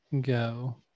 go